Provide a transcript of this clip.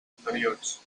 anteriors